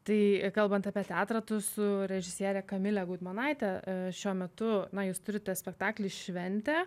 tai kalbant apie teatrą tu su režisiere kamile gudmonaite šiuo metu na jūs turite spektaklį šventė